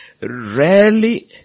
rarely